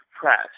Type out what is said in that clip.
press